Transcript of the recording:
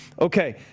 Okay